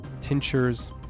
tinctures